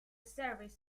service